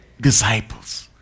disciples